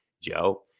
Joe